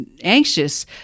anxious